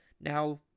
now